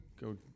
go